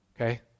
Okay